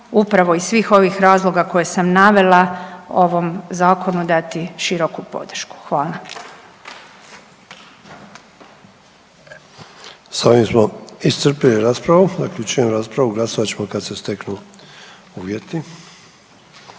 upravo iz svih ovih razloga koje sam navela ovom zakonu dati široku podršku. Hvala. **Sanader, Ante (HDZ)** S ovim smo iscrpili raspravu, zaključujem raspravu, glasovat ćemo kad se steknu uvjeti.